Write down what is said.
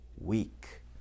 weak